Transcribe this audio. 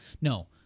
No